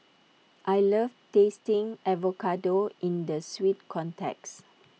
I love tasting avocado in the sweet context